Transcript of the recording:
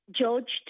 judged